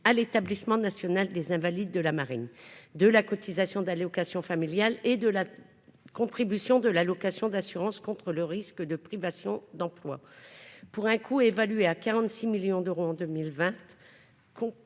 à l'Établissement national des invalides de la marine, de la cotisation d'allocations familiales et de la contribution de l'allocation d'assurance contre le risque de privation d'emploi pour un coût évalué à 46 millions d'euros en 2020,